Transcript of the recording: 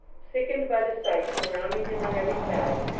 sickened by the sights surrounding him on every side,